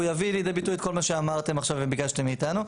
הוא יביא לידי ביטוי את כל מה שאמרתם עכשיו וביקשתם מאיתנו.